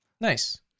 nice